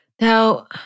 Now